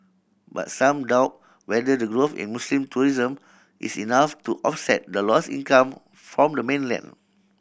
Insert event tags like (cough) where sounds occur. but some doubt whether the growth in Muslim tourism is enough to offset the lose income from the (unintelligible)